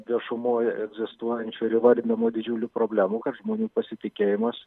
viešumoj egzistuojančių ir įvardinamų didžiulių problemų kad žmonių pasitikėjimas